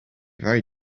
very